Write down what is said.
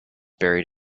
buried